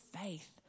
faith